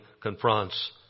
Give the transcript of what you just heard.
confronts